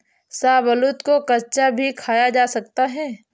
शाहबलूत को कच्चा भी खाया जा सकता है